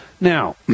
Now